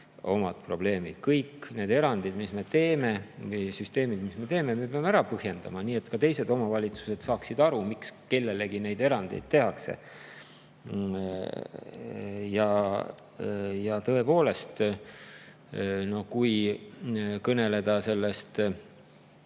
omad probleemid. Kõik need erandid, mis me teeme, süsteemid, mis me teeme, me peame ära põhjendama nii, et ka teised omavalitsused saaksid aru, miks kellelegi neid erandeid tehakse. Tõepoolest, kui kõneleda viimasest